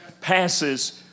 Passes